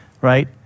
right